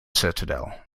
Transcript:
citadel